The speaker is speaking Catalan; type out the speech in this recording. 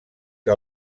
que